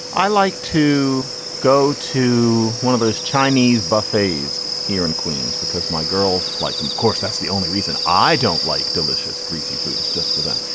i like to go to one of those chinese buffets here in queens because my girls like them. of course, that's the only reason i don't like delicious greasy food is just for them.